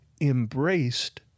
embraced